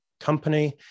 company